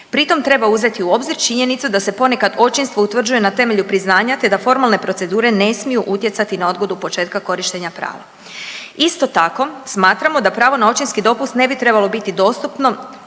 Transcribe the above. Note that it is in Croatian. Pri tom treba uzeti u obzir činjenicu da se ponekad očinstvo utvrđuje na temelju priznanja, te da formalne procedure ne smiju utjecati na odgodu početka korištenja prava. Isto tako smatramo da pravo na očinski dopust ne bi trebalo biti dostupno